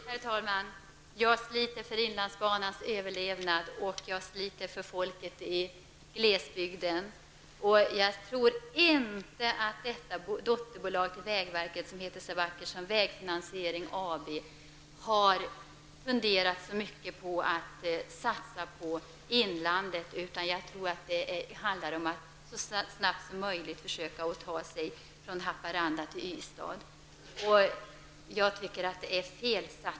Herr talman! Jag sliter för inlandsbanans överlevnad och för folket i glesbygden. Jag tror inte att man på vägverkets dotterbolag, Vägfinansiering AB, har funderat särskilt mycket över att satsa på inlandet, utan det handlar nog om att det så snabbt som möjligt skall kunna gå att ta sig från Haparanda till Ystad. Det är en felaktig satsning.